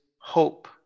hope